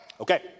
Okay